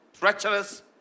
treacherous